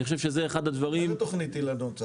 מה זה תכנית "אילנות"?